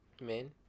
men